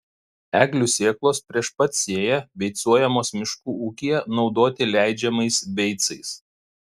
eglių sėklos prieš pat sėją beicuojamos miškų ūkyje naudoti leidžiamais beicais